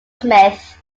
smith